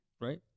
right